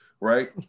Right